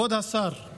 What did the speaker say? ערבים